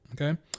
Okay